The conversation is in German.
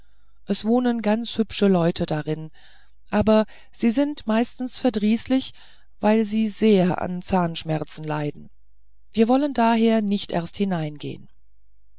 es wohnen ganz hübsche leute darin aber sie sind meistens verdrießlich weil sie sehr an zahnschmerzen leiden wir wollen daher nicht erst hineingehen